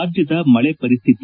ರಾಜ್ಯದ ಮಳೆ ಪರಿಕ್ಶಿತಿ